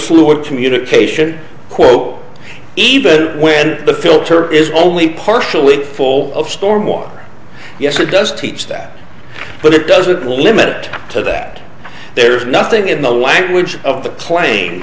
fluid communication quote even when the filter is only partially full of stormwater yes it does teach that but it doesn't limit it to that there is nothing in the language of the cla